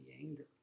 anger